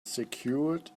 secured